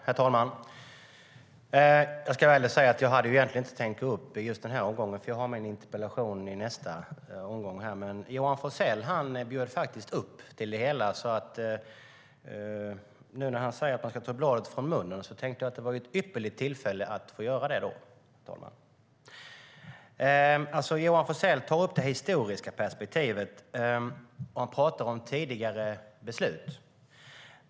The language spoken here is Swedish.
Herr talman! Jag ska ärligt säga att jag egentligen inte hade tänkt delta i debatten om denna interpellation. Min interpellation ska debatteras efter debatten om denna interpellation. Men Johan Forssell bjöd faktiskt upp till det hela. Nu när han sade att man ska ta bladet från munnen tänkte jag att det är ett ypperligt att göra det. Johan Forssell tar upp det historiska perspektivet, och han talar om tidigare beslut.